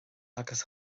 agus